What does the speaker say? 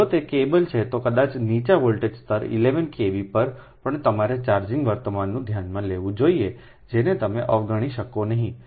જો તે કેબલ છે તો કદાચ નીચા વોલ્ટેજ સ્તર 11 KV પર પણ તમારે ચાર્જિંગ વર્તમાનને ધ્યાનમાં લેવું જોઈએ જેને તમે અવગણી શકો નહીં